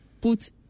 put